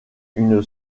une